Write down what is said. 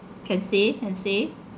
can see can see